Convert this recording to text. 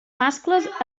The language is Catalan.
mascles